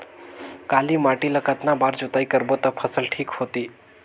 काली माटी ला कतना बार जुताई करबो ता फसल ठीक होती?